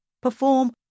Perform